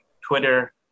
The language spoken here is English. Twitter